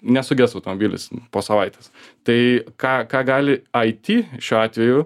nesuges automobilis po savaitės tai ką ką gali airi šiuo atveju